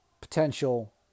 potential